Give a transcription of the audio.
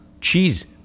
cheese